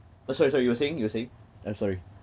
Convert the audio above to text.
oh sorry sorry you're saying you're saying I'm sorry